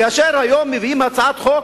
כאשר היום מביאים הצעת חוק,